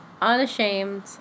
unashamed